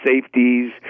safeties